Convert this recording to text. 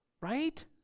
Right